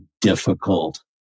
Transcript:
difficult